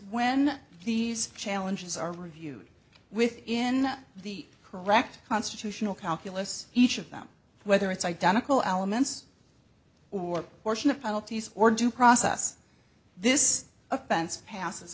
when these challenges are reviewed within the correct constitutional calculus each of them whether it's identical aliments or portion of penalties or due process this offense passes